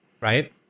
Right